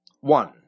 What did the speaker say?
One